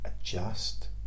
adjust